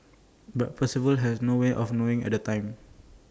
but Percival had no way of knowing at the time